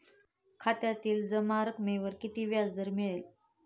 खात्यातील जमा रकमेवर किती व्याजदर मिळेल?